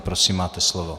Prosím, máte slovo.